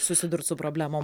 susidurti su problemom